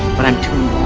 but i'm too